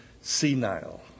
senile